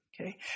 Okay